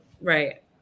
Right